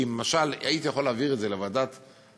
כי למשל הייתי יכול להעביר את זה לוועדת החינוך,